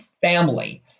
family